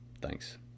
thanks